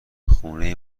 خونه